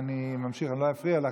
אני ממשיך, לא אפריע לך.